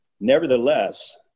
Nevertheless